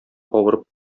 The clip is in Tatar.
авырып